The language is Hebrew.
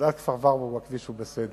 אז עד כפר-ורבורג הכביש בסדר,